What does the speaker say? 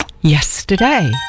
yesterday